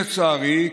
לצערי,